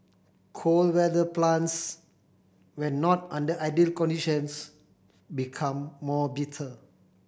cold weather plants when not under ideal conditions become more bitter